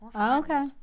Okay